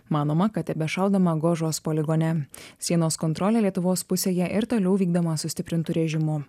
manoma kad tebešaudoma gožos poligone sienos kontrolė lietuvos pusėje ir toliau vykdoma sustiprintu režimu